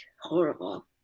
horrible